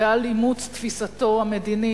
ועל אימוץ תפיסתו המדינית,